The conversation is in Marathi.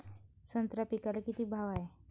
संत्रा पिकाले किती भाव हाये?